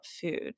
food